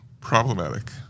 problematic